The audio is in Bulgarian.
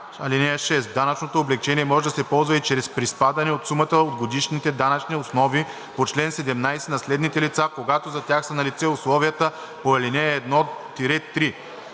„(6) Данъчното облекчение може да се ползва и чрез приспадане от сумата от годишните данъчни основи по чл. 17 на следните лица, когато за тях са налице условията по ал. 1